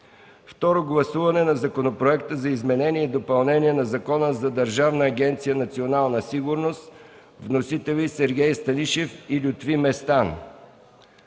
Второ гласуване на Законопроекта за изменение и допълнение на Закона за Държавна агенция „Национална сигурност”. Вносители – Сергей Станишев и Лютви Местан.